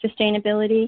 sustainability